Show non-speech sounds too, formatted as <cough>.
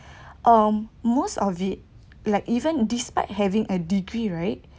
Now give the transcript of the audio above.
<breath> um most of it like even despite having a degree right